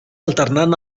alternant